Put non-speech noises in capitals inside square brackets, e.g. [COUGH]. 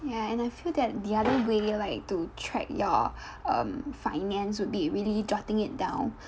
ya and I feel that the other way like to track your um finance would be really jotting it down [BREATH]